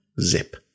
Zip